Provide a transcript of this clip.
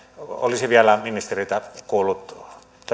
olisin vielä ministeriltä